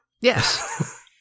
Yes